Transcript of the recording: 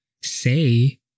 say